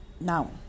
Now